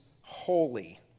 holy